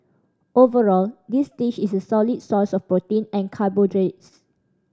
overall this dish is a solid source of protein and carbohydrates